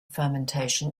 fermentation